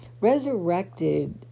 Resurrected